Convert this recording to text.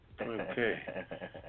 Okay